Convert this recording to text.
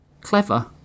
Clever